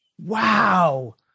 Wow